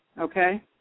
okay